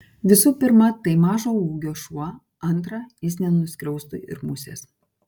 visų pirma tai mažo ūgio šuo antra jis nenuskriaustų ir musės